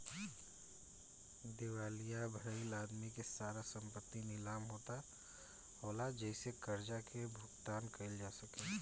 दिवालिया भईल आदमी के सारा संपत्ति नीलाम होला जेसे कर्जा के भुगतान कईल जा सके